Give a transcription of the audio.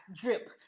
drip